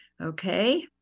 Okay